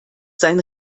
sein